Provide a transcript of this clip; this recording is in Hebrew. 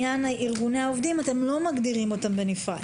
ארגוני העובדים אתם לא מגדירים אותם בנפרד.